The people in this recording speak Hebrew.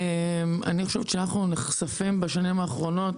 אני חושבת שאנחנו נחשפים בשנים האחרונות